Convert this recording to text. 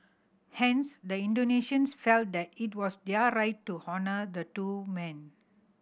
hence the Indonesians felt that it was their right to honour the two men